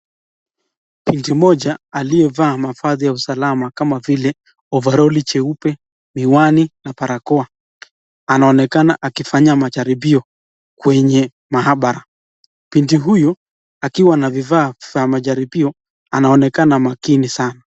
Binti mmoja aliyevaa mavazi ya usalama kama vile ovaroli jeupe, miwani na barakoa anaonekana akifanya majaribio kwenye maabara. Binti huyu akiwa na vifaa vya majaribio anaonekana makini sana.